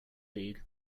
league